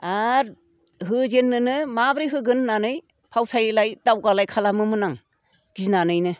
आरो होजेननोनो माबोरै होगोन होननानै फावसालाय दावगालाय खालामोमोन आं गिनानैनो